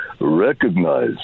recognize